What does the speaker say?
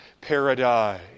paradise